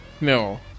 No